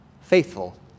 faithful